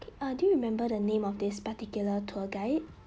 err do you remember the name of this particular tour guide